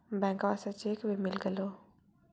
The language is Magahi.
बैंकवा से चेक भी मिलगेलो?